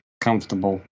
comfortable